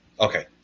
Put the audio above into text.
Okay